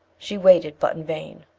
she waited, but in vain.